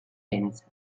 dents